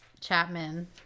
chapman